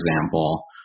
example